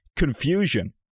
confusion